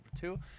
two